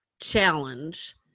challenge